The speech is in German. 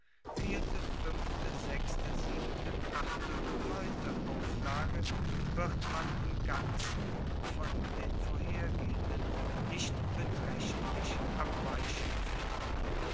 auflage wird man im ganzen von den vorhergehenden nicht betraechtlich abweichend finden